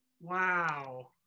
Wow